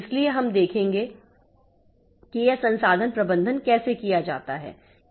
इसलिए हम देखेंगे कि यह संसाधन प्रबंधन कैसे किया जाता है